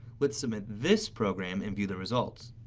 let's submit this program and view the results.